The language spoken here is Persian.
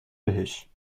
بهش